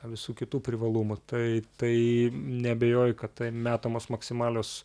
na visų kitų privalumų tai tai neabejoju kad tai metamos maksimalios